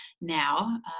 now